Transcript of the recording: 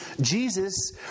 Jesus